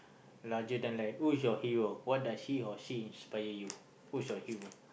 larger than life who's your hero what does he or she inspire you who's your hero